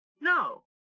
No